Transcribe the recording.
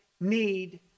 need